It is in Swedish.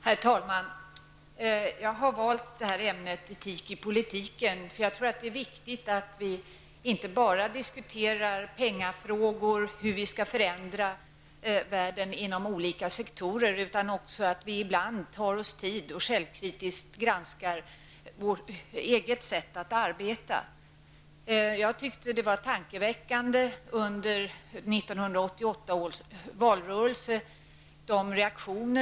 Herr talman! Jag har valt ämnet etik i politiken, därför att jag tror att det är viktigt att inte bara diskutera pengafrågor och hur vi skall förändra världen inom olika sektorer. Vi politiker bör ibland ta oss tid och självkritiskt granska vårt sätt att arbeta. Det reaktioner som framträdde under 1988 års valrörelse var tankeväckande.